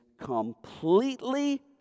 completely